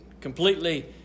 completely